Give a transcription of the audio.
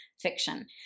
fiction